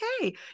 okay